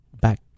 back